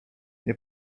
nie